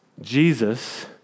Jesus